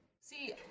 See